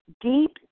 deep